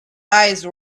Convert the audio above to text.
eyes